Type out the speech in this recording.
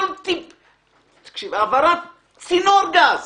כל העברת צינור גז